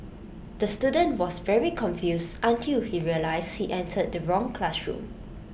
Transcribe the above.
the student was very confused until he realised he entered the wrong classroom